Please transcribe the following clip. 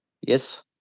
Yes